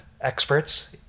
experts